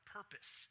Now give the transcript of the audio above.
purpose